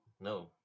no